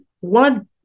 one